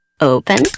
Open